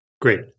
Great